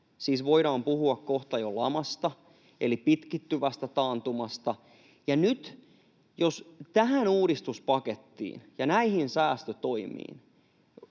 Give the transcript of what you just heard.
siis voidaan puhua kohta jo lamasta eli pitkittyvästä taantumasta. Ja nyt jos tähän uudistuspakettiin ja näihin säästötoimiin